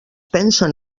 pensen